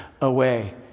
away